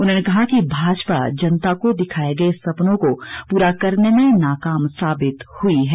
उन्होंने कहा कि भाजपा जनता को दिखाए गए सपनों को पूरा करने में नाकाम साबित हुई है